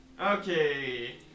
Okay